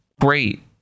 great